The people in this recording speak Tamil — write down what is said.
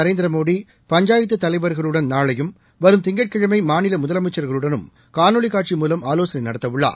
நரேந்திரமோடிபஞ்சாயத்து தலைவர்களுடன் நாளையும்வரும்திங்கட்கிழமைமாநிலமுதலமைச்சர்களுடனும்காணொலிக் காட்சிமூலம்ஆலோசனைநடத்தஉள்ளார்